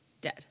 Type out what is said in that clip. Dead